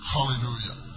Hallelujah